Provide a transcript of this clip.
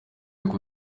buryo